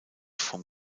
vom